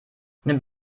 nimmt